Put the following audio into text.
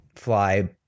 fly